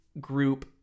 group